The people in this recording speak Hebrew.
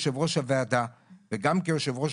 כיושבת ראש הוועדה וגם כיושבת ראש